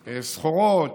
סחורות.